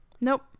Nope